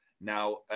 Now